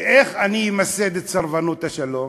ואיך אני אמסד את סרבנות השלום?